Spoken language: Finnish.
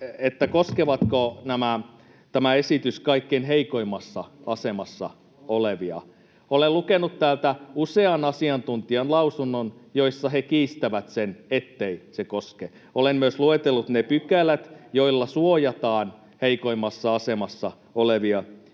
tämä, koskeeko tämä esitys kaikkein heikoimmassa asemassa olevia. Olen lukenut täältä usean asiantuntijan lausunnon, joissa he kiistävät sen, että se koskisi. Olen myös luetellut ne pykälät, joilla suojataan heikoimmassa asemassa olevia ihmisiä.